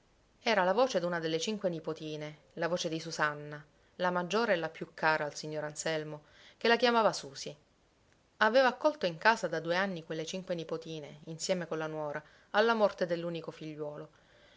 era la voce d'una delle cinque nipotine la voce di susanna la maggiore e la più cara al signor anselmo che la chiamava susì aveva accolto in casa da due anni quelle cinque nipotine insieme con la nuora alla morte dell'unico figliuolo